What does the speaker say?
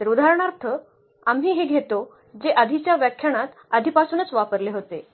तर उदाहरणार्थ आम्ही हे घेतो जे आधीच्या व्याख्यानात आधीपासूनच वापरले होते